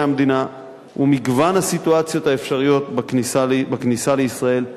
המדינה ומגוון הסיטואציות האפשריות בכניסה לישראל,